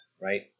right